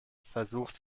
versucht